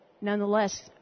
nonetheless